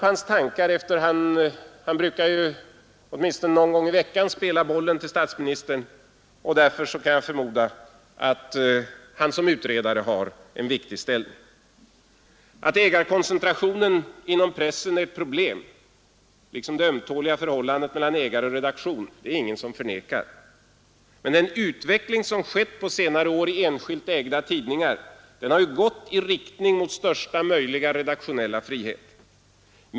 Han brukar åtminstone någon gång i veckan spela bollen till statsministern, och därför förmodar jag att han som utredare har en viktig ställning. Det är anledningen till att jag tar upp hans tankar. Att ägarkoncentrationen inom pressen är ett problem liksom det ömtåliga förhållandet mellan ägare och redaktion är det ingen som förnekar. Men den utveckling som skett på senare år i enskilt ägda tidningar har gått i riktning mot största möjliga redaktionella frihet.